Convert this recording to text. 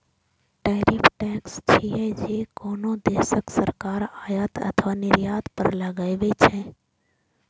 tariff tax छियै, जे कोनो देशक सरकार आयात अथवा निर्यात पर लगबै छै